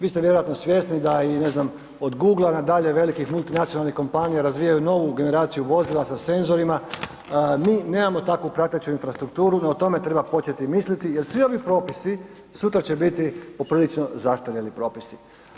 Vi ste vjerojatno svjesni da i ne znam, od Google-a na dalje, velikih multinacionalnih kompanija razvijaju novu generaciju vozila sa senzorima, mi nemamo takvu prateću infrastrukturu, no o tome treba početi misliti jer svi ovi propisi, sutra će biti poprilično zastarjeli propisi.